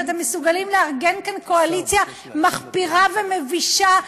שאתם מסוגלים לארגן כאן קואליציה מחפירה ומבישה,